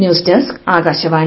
news desk Akashvani